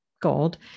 gold